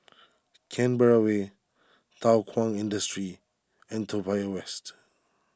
Canberra Way Thow Kwang Industry and Toa Payoh West